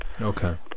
Okay